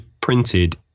printed